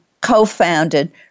co-founded